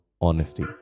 Honesty